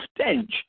stench